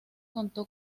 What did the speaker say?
contó